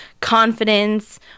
confidence